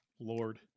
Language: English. Lord